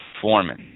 Foreman